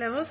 et